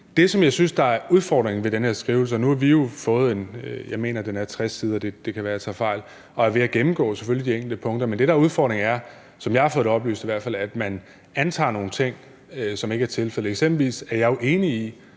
end højst nødvendigt. Nu har vi jo fået den her skrivelse – jeg mener, den er på 60 sider, det kan være, jeg tager fejl – og er ved at gennemgå de enkelte punkter, men det, der er udfordringen, som jeg har fået det oplyst i hvert fald, er, at man antager nogle ting, som ikke er tilfældet. Eksempelvis er jeg jo enig i,